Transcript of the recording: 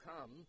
come